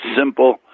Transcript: simple